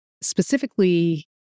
specifically